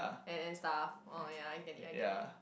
and and stuff oh ya I get it I get it